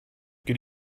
good